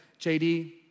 JD